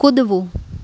કૂદવું